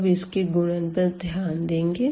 अब इसके गुणा पर ध्यान देंगे